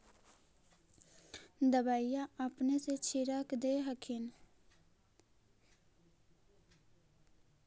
दबइया अपने से छीरक दे हखिन?